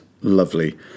lovely